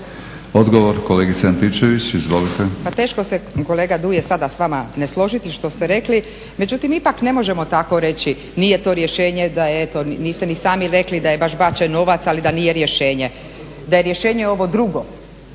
Marinović, Ingrid (SDP)** Pa teško se kolega Duje sada s vama ne složiti što ste rekli, međutim ipak ne možemo tako reći nije to rješenje, niste ni sami rekli da je baš bačen novac ali nije rješenje, da je rješenje ovo drugo